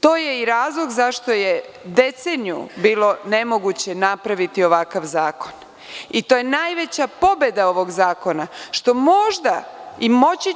To je i razlog zašto je deceniju bilo nemoguće napraviti ovakav zakon i to je najveća pobeda ovog zakona, što možda će i moći